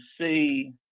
see